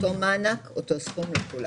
אותו מענק, אותו סכום לכולם.